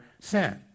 sin